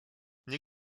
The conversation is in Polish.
nie